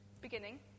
beginning